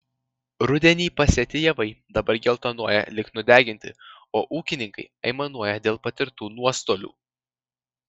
rudenį pasėti javai dabar geltonuoja lyg nudeginti o ūkininkai aimanuoja dėl patirtų nuostolių